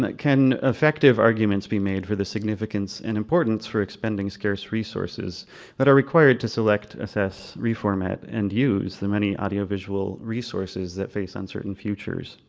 can effective arguments be made for the significance and importance for expending scarce resources that are required to select, access, reformat, and use the many audio visual resources that face uncertain futures.